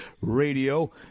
radio